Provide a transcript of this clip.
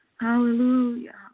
Hallelujah